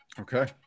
Okay